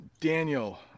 Daniel